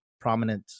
prominent